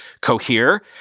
Cohere